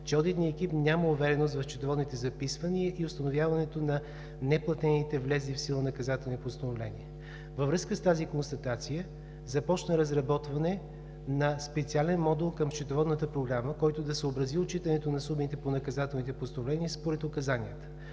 че одитният екип няма увереност в счетоводните записвания и установяването на неплатените влезли в сила наказателни постановления. Във връзка с тази констатация започна разработване на специален модул към счетоводната програма, който да съобрази отчитането на сумите по наказателните постановления според указанията.